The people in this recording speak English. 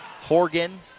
Horgan